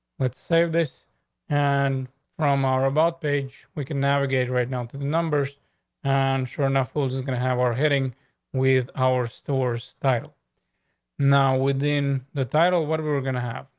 let's say this and from our about page, we can navigate right now the numbers and sure enough, those is going to have our heading with our stores style now within the title what we were gonna have.